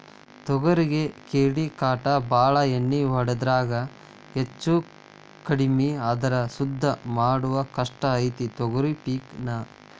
ತೊಗರಿಗೆ ಕೇಡಿಕಾಟ ಬಾಳ ಎಣ್ಣಿ ಹೊಡಿದ್ರಾಗ ಹೆಚ್ಚಕಡ್ಮಿ ಆದ್ರ ಸುದ್ದ ಮಾಡುದ ಕಷ್ಟ ಐತಿ ತೊಗರಿ ಪಿಕ್ ನಾ